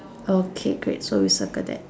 okay great so we circle that